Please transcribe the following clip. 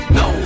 no